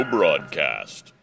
Broadcast